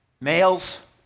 males